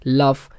love